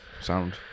sound